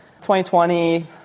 2020